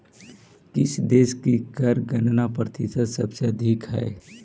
किस देश की कर गणना प्रतिशत सबसे अधिक हई